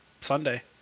Sunday